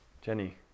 Jenny